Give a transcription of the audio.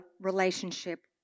relationship